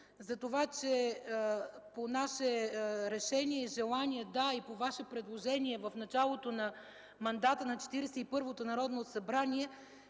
за това, че по наше решение и желание, и по Ваше предложение, в началото на мандата на 41-то Народно събрание